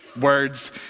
words